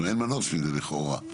אין מנוס מזה, לכאורה.